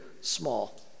small